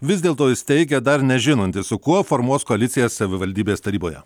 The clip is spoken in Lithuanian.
vis dėlto jis teigia dar nežinantis su kuo formuos koaliciją savivaldybės taryboje